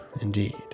indeed